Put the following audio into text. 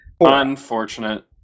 Unfortunate